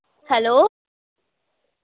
hello